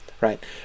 right